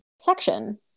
section